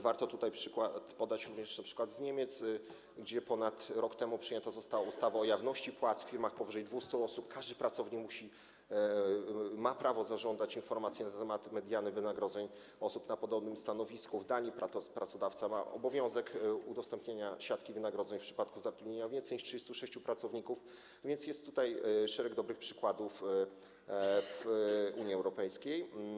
Warto tutaj podać również przykład Niemiec, gdzie ponad rok temu przyjęta została ustawa o jawności płac w firmach liczących powyżej 200 osób - każdy pracownik ma prawo zażądać informacji na temat mediany wynagrodzeń osób na podobnym stanowisku, w Danii pracodawca ma obowiązek udostępnienia siatki wynagrodzeń w przypadku zatrudniania więcej niż 36 pracowników, więc jest szereg dobrych przykładów w Unii Europejskiej.